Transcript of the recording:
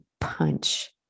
punch